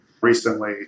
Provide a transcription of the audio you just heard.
recently